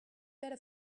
better